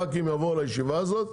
הח"כים יבואו לישיבה הזאת,